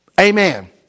Amen